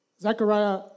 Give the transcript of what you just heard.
Zechariah